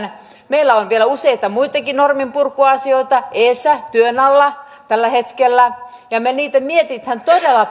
meillä on vielä useita muitakin norminpurkuasioita edessä työn alla tällä hetkellä ja me niitä mietimme todella